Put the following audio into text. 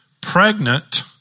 pregnant